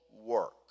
work